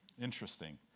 Interesting